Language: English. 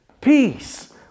peace